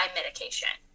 medication